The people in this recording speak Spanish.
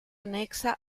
anexa